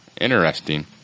interesting